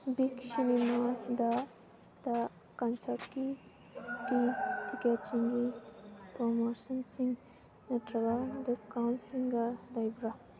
big ꯁꯤꯅꯦꯃꯥꯁꯇ ꯀꯟꯁꯔꯠꯀꯤ ꯇꯤꯛꯀꯦꯠꯁꯤꯡꯒꯤ ꯄ꯭ꯔꯃꯣꯁꯟꯁꯤꯡ ꯅꯠꯇ꯭ꯔꯒ ꯗꯤꯁꯀꯥꯎꯟꯁꯤꯡꯒ ꯂꯩꯕ꯭ꯔ